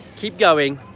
keep going,